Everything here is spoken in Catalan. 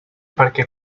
perquè